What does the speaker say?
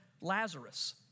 Lazarus